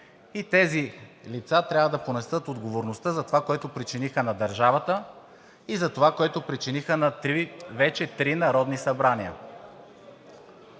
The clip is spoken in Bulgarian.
тези лица трябва да понесат отговорността за това, което причиниха на държавата, и за това, което причиниха на вече три Народни събрания.